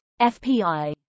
FPI